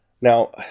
Now